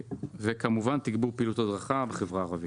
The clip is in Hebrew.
כמובן, תגבור פעילות הדרכה בחברה הערבית.